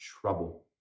trouble